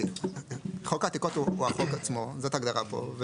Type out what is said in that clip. חוק העתיקות הוא החוק עצמו, זאת ההגדרה בו.